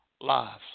lives